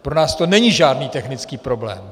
Pro nás to není žádný technický problém.